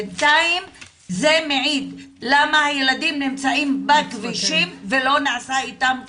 בינתיים זה מעיד למה הילדים נמצאים בכבישים ולא נעשה איתם כלום.